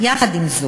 יחד עם זאת,